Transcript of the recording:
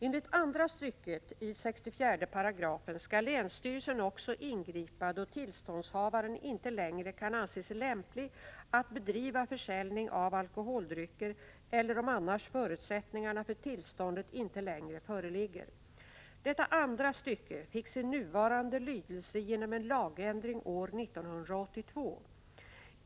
Enligt andra stycket i 64 § skall länsstyrelsen också ingripa då tillståndsha 12 november 1985 varen inte längre kan anses lämplig att bedriva försäljning av alkoholdrycker eller om annars förutsättningarna för tillståndet inte längre föreligger. Detta andra stycke fick sin nuvarande lydelse genom en lagändring år 1982.